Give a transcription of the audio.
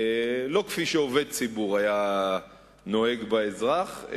לא כפי שעובד ציבור היה נוהג באזרח,